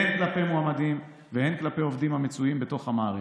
הן כלפי מועמדים והן כלפי עובדים המצויים בתוך המערכת.